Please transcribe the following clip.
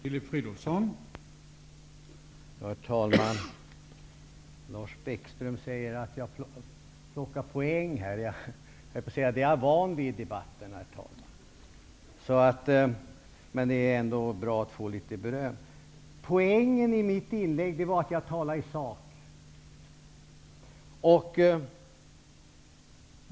Herr talman! Lars Bäckström säger att jag plockar poäng. Det är jag van vid i debatten, höll jag på att säga. Men det är ändå bra att få litet beröm. Poängen i mitt inlägg var att jag talade i sak.